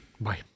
Bye